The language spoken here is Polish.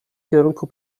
kierunku